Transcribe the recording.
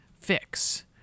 fix